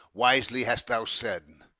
wisely hast thou said.